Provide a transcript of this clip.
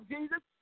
Jesus